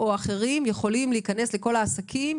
שהם יכולים להיכנס לכל העסקים,